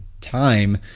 time